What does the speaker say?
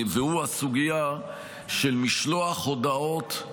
הסוגיה של משלוח הודעות,